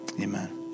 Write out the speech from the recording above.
amen